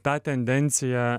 ta tendencija